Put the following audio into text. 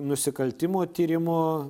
nusikaltimų tyrimų